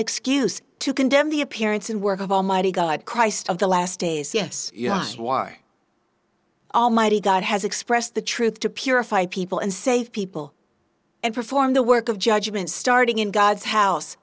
excuse to condemn the appearance and work of almighty god christ of the last days yes almighty god has expressed the truth to purify people and save people and perform the work of judgement starting in god's house